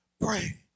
Pray